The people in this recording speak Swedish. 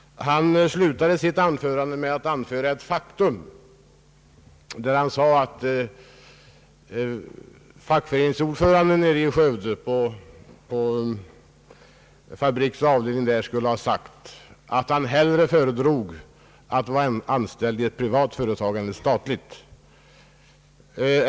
Han slutade sitt inlägg med att anföra ett »faktum». Han sade att fackföreningsordföranden i Fabriks avdelning i Skövde skulle ha uttalat att han föredrog att vara anställd i ett privat företag framför ett statligt.